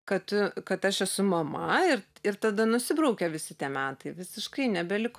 kad kad aš esu mama ir ir tada nusibraukia visi tie metai visiškai nebeliko